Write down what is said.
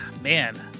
man